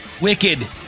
Wicked